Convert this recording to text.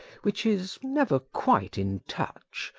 which is never quite in touch,